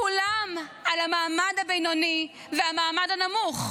כולם על המעמד הבינוני ועל המעמד הנמוך.